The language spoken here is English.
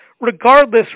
regardless